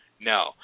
No